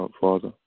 Father